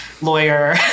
lawyer